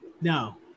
No